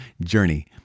journey